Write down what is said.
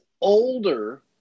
older